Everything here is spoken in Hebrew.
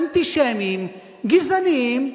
אנטישמיים,